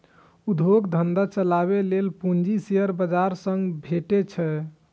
उद्योग धंधा चलाबै लेल पूंजी शेयर बाजार सं भेटै छै